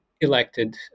elected